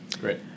Great